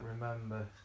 remember